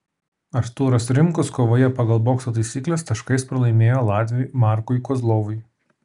artūras rimkus kovoje pagal bokso taisykles taškais pralaimėjo latviui markui kozlovui